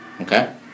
Okay